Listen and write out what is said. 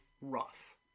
rough